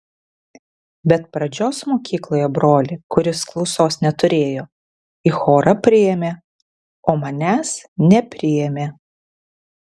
bet pradžios mokykloje brolį kuris klausos neturėjo į chorą priėmė o manęs nepriėmė